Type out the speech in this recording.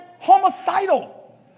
homicidal